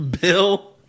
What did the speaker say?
Bill